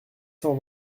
cent